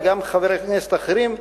וגם חברי כנסת אחרים מכירים,